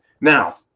Now